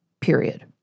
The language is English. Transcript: period